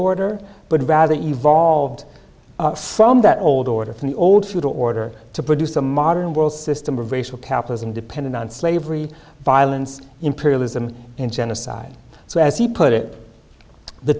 order but rather evolved from that old order from the old should order to produce a modern world system of racial capitalism depended on slavery violence imperialism and genocide so as he put it the